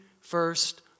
first